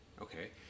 Okay